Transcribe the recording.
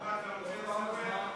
אתה רוצה לספח את הרשות?